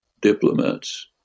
diplomats